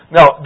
Now